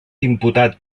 imputat